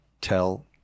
tell